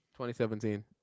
2017